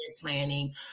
planning